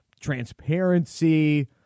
transparency